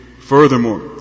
Furthermore